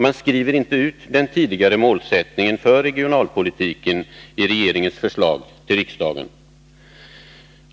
Man skriver inte ut den tidigare målsättningen för regionalpolitiken i regeringens förslag till riksdagen.